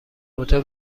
هتل